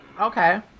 Okay